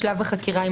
משלב החקירה.